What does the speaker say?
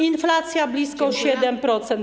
Inflacja blisko 7%.